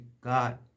God